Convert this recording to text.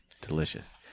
Delicious